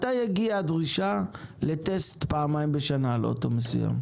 מתי הגיעה הדרישה לטסט פעמיים בשנה על אוטו מסוים?